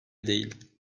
değil